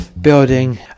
building